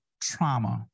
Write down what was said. trauma